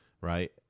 Right